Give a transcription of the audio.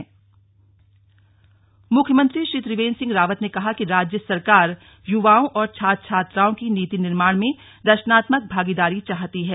slug दीक्षांत समारोह मुख्यमंत्री श्री त्रिवेन्द्र सिंह रावत ने कहा कि राज्य सरकार युवाओं और छात्र छात्राओं की नीति निर्माण में रंचनात्मक भागीदारी चाहती है